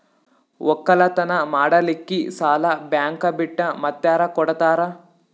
ಒಕ್ಕಲತನ ಮಾಡಲಿಕ್ಕಿ ಸಾಲಾ ಬ್ಯಾಂಕ ಬಿಟ್ಟ ಮಾತ್ಯಾರ ಕೊಡತಾರ?